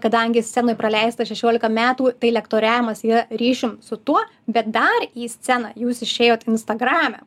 kadangi scenoj praleista šešiolika metų tai lektoriavimas yra ryšium su tuo bet dar į sceną jūs išėjot instagrame